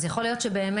אז יכול להיות שבאמת,